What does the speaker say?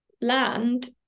land